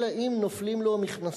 אלא אם נופלים לו המכנסיים,